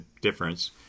difference